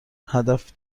هدف